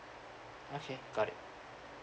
okay got it